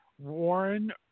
Warren